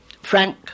Frank